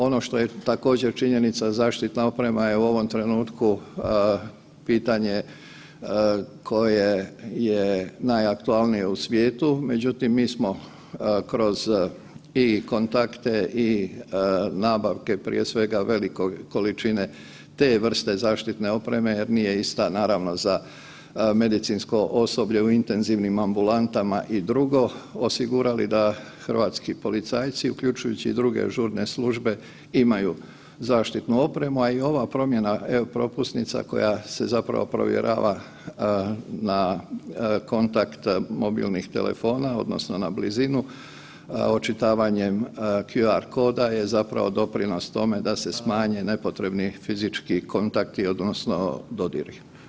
Ono što je također činjenica zaštitna oprema je u ovom trenutku pitanje koje je najaktualnije u svijetu, međutim mi smo kroz i kontakte i nabavke prije svega velikog količine te vrste zaštitne opreme jer nije ista naravno za medicinsko osoblje u intenzivnim ambulantama i drugo osigurali da hrvatski policajci uključujući i druge žurne službe imaju zaštitnu opremu, a i ova promjena e-propusnica koja se zapravo provjerava na kontakt mobilnih telefona, odnosno na blizinu očitavanjem QR koda je zapravo doprinos tome da se smanje nepotrebni fizički kontakti odnosno dodiri.